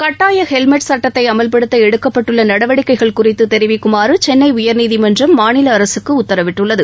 கட்டாய ஹெல்மெட் சட்டத்தை அமல்படுத்த எடுக்கப்பட்டுள்ள நடவடிக்கைகள் குறித்து தெரிவிக்குமாறு சென்னை உயர்நீதிமன்றம் மாநில அரசுக்கு உத்தரவிட்டுள்ளது